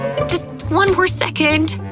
just one more second.